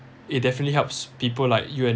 it definitely helps people like you and